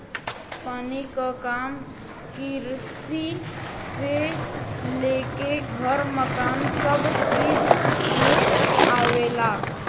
पानी क काम किरसी से लेके घर मकान सभ चीज में आवेला